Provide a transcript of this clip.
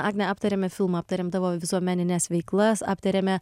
agne aptarėme filmą aptarėm tavo visuomenines veiklas aptarėme